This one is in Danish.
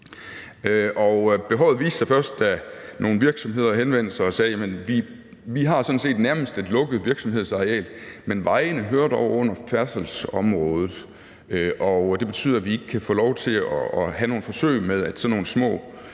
Behovet viste sig først, da nogle virksomheder henvendte sig og sagde: Jamen vi har sådan set nærmest et lukket virksomhedsareal, men vejene hører dog under færdselsområdet. Det betyder, at vi ikke kan få lov til at have nogle forsøg med, at sådan nogle små